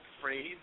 phrase